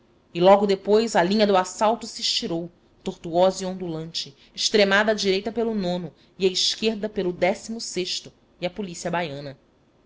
e logo depois a linha do assalto se estirou tortuosa e ondulante extremada à direita pelo e à esquerda pelo e a polícia baiana